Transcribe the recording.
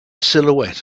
silhouette